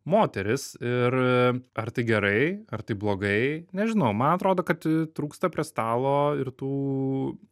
moterys ir ar tai gerai ar tai blogai nežinau man atrodo kad trūksta prie stalo ir tų